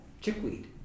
chickweed